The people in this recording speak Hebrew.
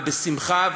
ובשמחה,